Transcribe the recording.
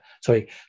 sorry